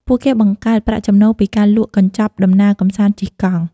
ពួកគេបង្កើតប្រាក់ចំណូលពីការលក់កញ្ចប់ដំណើរកម្សាន្តជិះកង់ ។